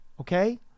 okay